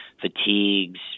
fatigues